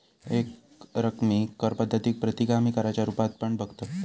एकरकमी कर पद्धतीक प्रतिगामी कराच्या रुपात पण बघतत